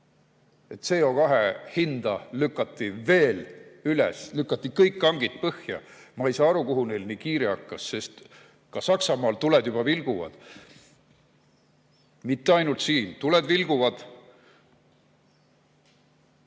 aastaga. CO2hinda lükati veel üles, lükati kõik kangid põhja. Ma ei saa aru, kuhu neil nii kiire hakkas, sest ka Saksamaal tuled juba vilguvad, mitte ainult siin. Tuled vilguvad!